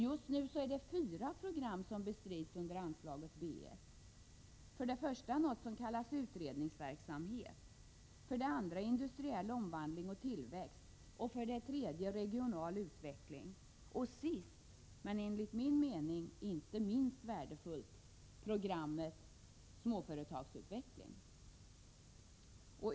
Just nu pågår fyra program som bestrids under anslaget B 1: för det första någonting som kallas utredningsverksamhet, för det andra industriell omvandling och tillväxt, sist men inte minst värdefullt programmet småföretagsutveckling.